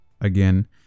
again